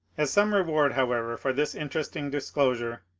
as some reward, however, for this interesting disclosure,